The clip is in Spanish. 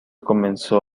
comenzó